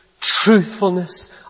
truthfulness